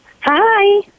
Hi